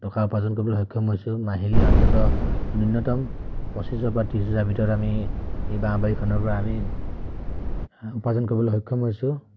টকা উপাৰ্জন কৰিবলৈ সক্ষম হৈছোঁ মাহিলী অন্ততঃ নূন্যতম পঁচিছৰ পৰা ত্ৰিছ হাজাৰ ভিতৰত আমি এই বাঁহ বাৰীখনৰ পৰা আমি উপাৰ্জন কৰিবলৈ সক্ষম হৈছোঁ